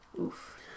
Oof